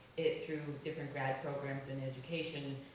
through different grad programs in education,